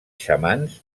xamans